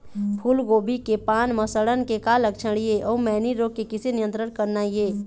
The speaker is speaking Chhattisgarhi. फूलगोभी के पान म सड़न के का लक्षण ये अऊ मैनी रोग के किसे नियंत्रण करना ये?